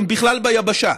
הם בכלל ביבשה,